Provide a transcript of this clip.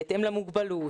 בהתאם למוגבלות.